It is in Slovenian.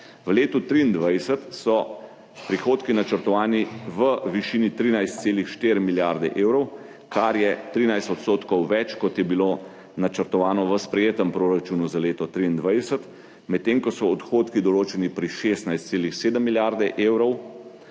V letu 2023 so prihodki načrtovani v višini 13,4 milijarde evrov, kar je 13 % več, kot je bilo načrtovano v sprejetem proračunu za leto 2023, medtem ko so odhodki določeni pri 16,7 milijarde evrov,